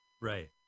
Right